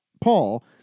Paul